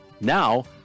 Now